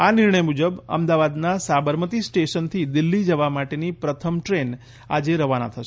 આ નિર્ણય મુજબ અમદાવાદના સાબરમતી સ્ટેશનથી દિલ્હી જવા માટેની પ્રથમ દ્રેન આ જે રવાના થશે